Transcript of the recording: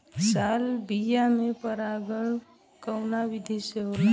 Salvia में परागण कउना विधि से होला?